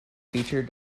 future